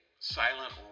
Silent